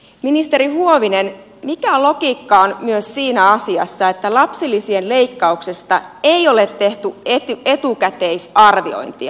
ministeri huovinen mikä logiikka on myös siinä asiassa että lapsilisien leikkauksesta ei ole tehty etukäteisarviointia